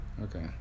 Okay